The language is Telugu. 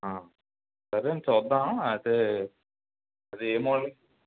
సరే అండి చూద్దాం అయితే అది ఏ మోడల్